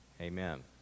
Amen